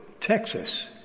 Texas